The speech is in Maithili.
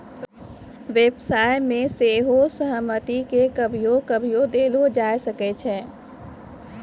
व्यवसाय मे सेहो सहमति के कभियो कभियो देलो जाय सकै छै